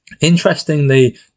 Interestingly